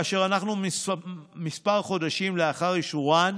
כאשר אנחנו חודשים מספר לאחר אישורה,